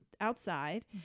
outside